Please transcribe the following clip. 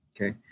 Okay